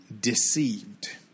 deceived